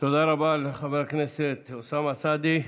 תודה רבה לחבר הכנסת אוסאמה סעדי.